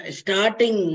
starting